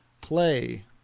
play